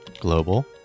global